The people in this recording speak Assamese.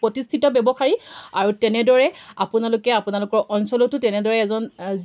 প্ৰতিষ্ঠিত ব্যৱসায়ী আৰু তেনেদৰে আপোনালোকে আপোনালোকৰ অঞ্চলতো তেনেদৰে এজন